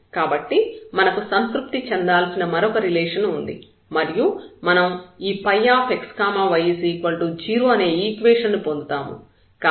కాబట్టి మనకు సంతృప్తి చెందాల్సిన మరొక రిలేషన్ ఉంది మరియు మనం ఈ xy0 అనే ఈక్వేషన్ ను పొందుతాము